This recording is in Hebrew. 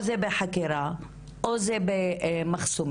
או שזה היה דרך חקירה או דרך בדיקה במחסומים.